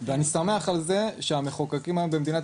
ואני שמח על זה שהמחוקקים היום במדינת